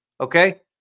Okay